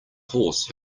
horse